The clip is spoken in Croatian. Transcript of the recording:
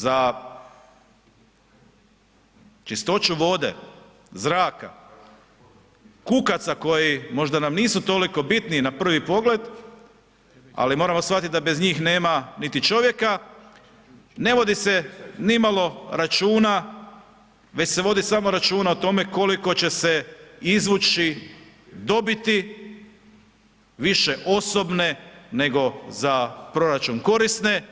Za čistoću vode, zraka, kukaca koji možda nam nisu toliko bitni na prvi pogled ali moramo shvatiti da bez njih nema niti čovjeka ne vodi se nimalo računa već se vodi samo računa o tome koliko će se izvući dobiti, više osobne nego za proračun korisne